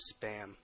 Spam